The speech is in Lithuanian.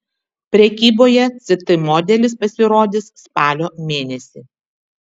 prekyboje ct modelis pasirodys spalio mėnesį